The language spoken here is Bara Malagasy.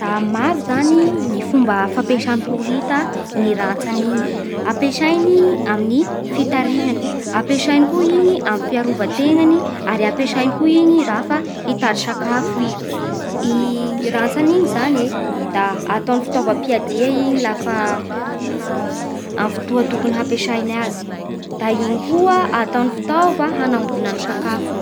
Da maro zany ny fomba fampiasà horita ny rantsany igny. Ampiasainy amin'ny fitarihany, ampiasainy koa igny amin'ny fiarovan-tegnany ary ampiasainy koa igny rafa hitady sakafo i. I rantsagny igny zany e da ataony fitaova-piadia i lafa amin'ny fotoa tokony hampiasiny azy. Da igny koa ataony fitaova hanangonany sakafony.